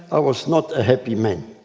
i was not a happy man.